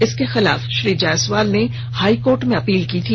इसके खिलाफ श्री जयसवाल ने हाइकोर्ट में अपील की थी